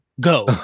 Go